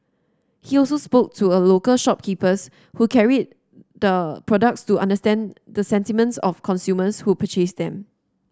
he also spoke to a local shopkeepers who carried the products to understand the sentiments of consumers who purchased them